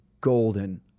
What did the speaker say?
golden